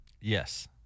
Yes